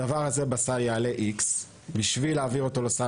הדבר הזה בסל יעלה X. בשביל להעביר אותו לסל